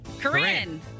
Corinne